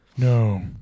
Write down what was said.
No